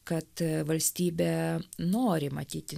kad valstybė nori matyti